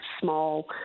small